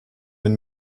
den